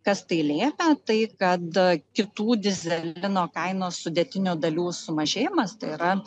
kas tai lėmė tai kad kitų dyzelino kainos sudėtinių dalių sumažėjimas tai yra